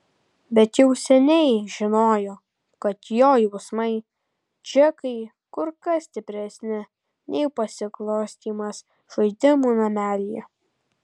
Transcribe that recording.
bet jau seniai žinojo kad jo jausmai džekai kur kas stipresni nei pasiglostymas žaidimų namelyje